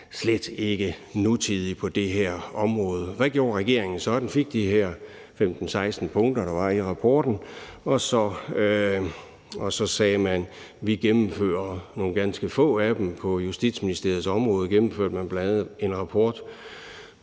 slet ikke er nutidig. Hvad gjorde regeringen? Man fik de her 15-16 punkter, der var i rapporten, og så sagde man: Vi gennemfører nogle ganske få af dem. På Justitsministeriets område gennemførte man bl.a. det punkt,